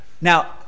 Now